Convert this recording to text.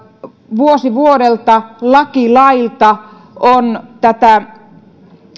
vuosi vuodelta laki lailta on tätä